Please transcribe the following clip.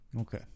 Okay